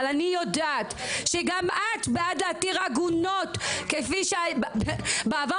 אבל אני יודעת שגם את בעד להתיר עגונות כפי שבעבר,